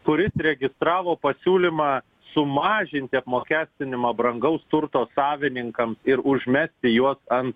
kuris registravo pasiūlymą sumažinti apmokestinimą brangaus turto savininkams ir užmesti juos an